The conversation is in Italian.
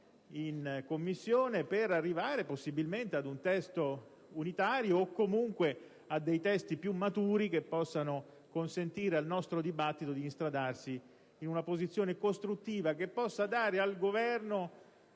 in Commissione, per arrivare possibilmente ad un testo unitario, o comunque a dei testi più maturi, che possano consentire al nostro dibattito di instradarsi verso una posizione costruttiva che possa dare al Governo